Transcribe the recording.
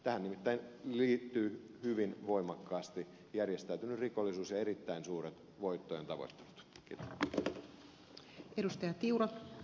tähän nimittäin liittyvät hyvin voimakkaasti järjestäytynyt rikollisuus ja erittäin suuret voittojen tavoittelut